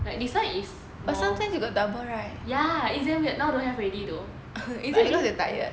like this [one] is more ya it's damn weird now don't have already though but I think